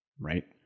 right